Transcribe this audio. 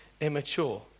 immature